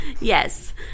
Yes